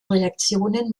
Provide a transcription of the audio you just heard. reaktionen